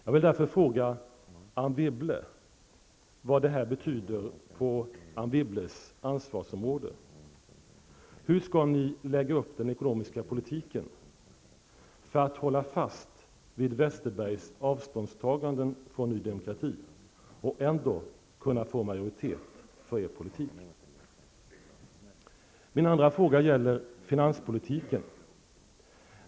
Jag vill därför fråga Anne Wibble vad detta betyder på Anne Wibbles ansvarsområde. Hur skall ni lägga upp den ekonomiska politiken för att hålla fast vid Westerbergs avståndstagande från ny demokrati och ändå kunna få majoritet för er politik? Min andra fråga gäller finanspolitiken.